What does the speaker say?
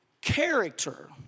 Character